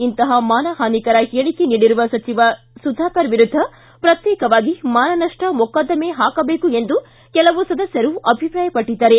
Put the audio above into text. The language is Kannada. ಇಂತಹ ಮಾನಹಾನಿಕರ ಹೇಳಿಕೆ ನೀಡಿರುವ ಸಚಿವ ಸುಧಾಕರ್ ವಿರುದ್ಧ ಪ್ರತ್ಯೇಕವಾಗಿ ಮಾನನಷ್ಟ ಮೊಕದ್ದಮೆ ಹಾಕಬೇಕು ಎಂದು ಕೆಲವು ಸದಸ್ಯರು ಅಭಿಪ್ರಾಯಪಟ್ಟಿದ್ದಾರೆ